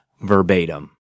verbatim